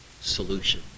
solution